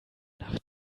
nach